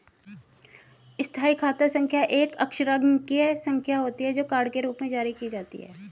स्थायी खाता संख्या एक अक्षरांकीय संख्या होती है, जो कार्ड के रूप में जारी की जाती है